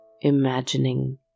imagining